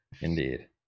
Indeed